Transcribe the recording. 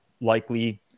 likely